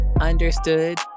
understood